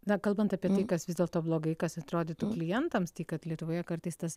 na kalbant apie tai kas vis dėlto blogai kas atrodytų klientams tai kad lietuvoje kartais tas